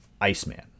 Iceman